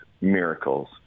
Miracles